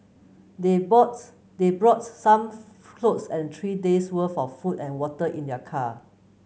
they bought they brought some clothes and three days worth of food and water in their car